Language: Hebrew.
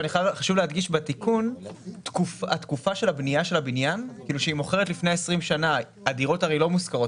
התקופה שבמהלכה הדירות לא מושכרות